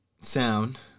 sound